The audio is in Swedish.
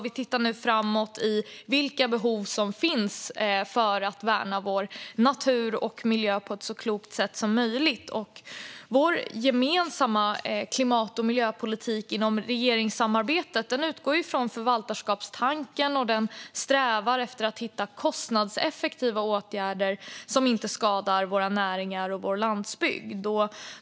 Vi tittar nu framåt på vilka behov som finns för att värna vår natur och miljö på ett så klokt sätt som möjligt. Vår gemensamma klimat och miljöpolitik inom regeringssamarbetet utgår från förvaltarskapstanken. Den strävar efter att hitta kostnadseffektiva åtgärder som inte skadar våra näringar och vår landsbygd.